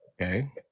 Okay